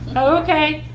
okay.